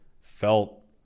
felt